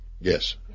Yes